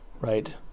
right